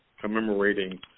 commemorating